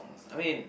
I mean